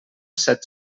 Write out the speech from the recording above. set